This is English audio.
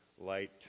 light